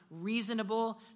reasonable